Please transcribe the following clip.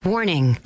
Warning